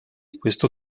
questo